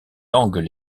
langues